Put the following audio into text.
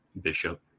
bishop